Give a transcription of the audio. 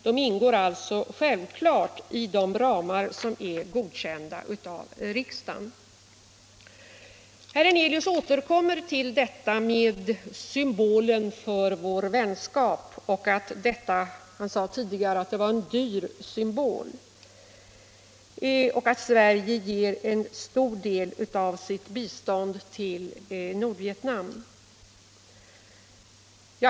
De ingår alltså självklart i de ramar som är godkända av riksdagen. Herr Hernelius återkom sedan till detta med symbolen för vår vänskap. Han sade att Bai Bang-projektet var en dyr symbol och att Sverige ger en stor del av sitt bistånd till Nordvietnam.